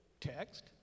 text